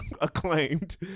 acclaimed